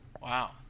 Wow